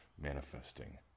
manifesting